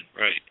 right